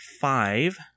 five